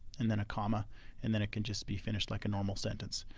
and then a comma and then it can just be finished like a normal sentence.